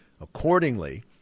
Accordingly